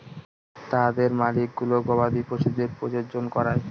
তাদের মালিকগুলো গবাদি পশুদের প্রজনন করায়